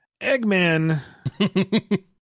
Eggman